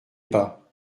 pas